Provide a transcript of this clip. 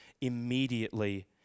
immediately